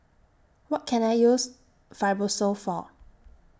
What Can I use Fibrosol For